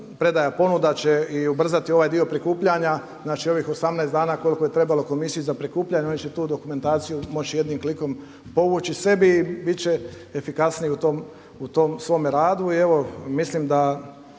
predaja ponuda će ubrzati i ovaj dio prikupljanja ovih 18 dana koliko je trebalo komisiji za prikupljanje oni će tu dokumentaciju moći jednim klikom povući sebi i bit će efikasniji u tom svom radu. I evo mislim da